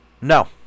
No